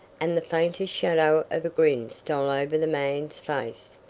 and the faintest shadow of a grin stole over the man's face.